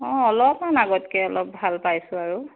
অ অলপমান আগতকৈ অলপমান ভাল পাইছোঁ আৰু